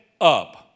up